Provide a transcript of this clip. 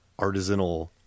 artisanal